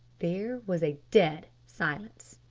there was a dead silence.